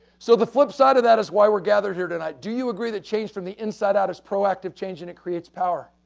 so, the flip side of that is why we're gathered here tonight, do you agree that changed from the inside out is proactive changing and it creates power?